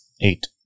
Eight